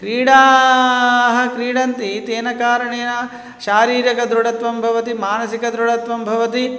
क्रीडाः क्रीडन्ति तेन कारणेन शारीरिकदृढत्वं भवति मानसिकदृढत्वं भवति